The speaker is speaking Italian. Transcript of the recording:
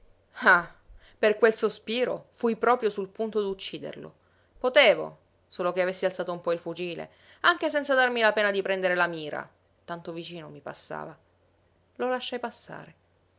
ah per quel sospiro fui proprio sul punto d'ucciderlo potevo solo che avessi alzato un po il fucile anche senza darmi la pena di prendere la mira tanto vicino mi passava lo lasciai passare